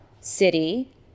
City